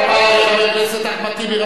תודה רבה לחבר הכנסת אחמד טיבי.